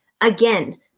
Again